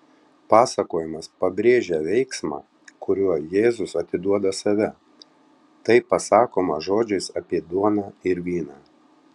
pasakojimas pabrėžia veiksmą kuriuo jėzus atiduoda save tai pasakoma žodžiais apie duoną ir vyną